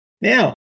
Now